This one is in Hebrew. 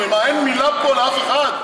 מה, אין מילה פה לאף אחד?